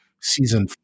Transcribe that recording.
season